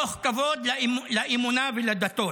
מתוך כבוד לאמונה ולדתות,